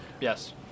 yes